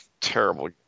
Terrible